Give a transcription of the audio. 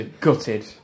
gutted